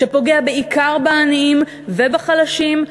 שפוגע בעיקר בעניים ובחלשים,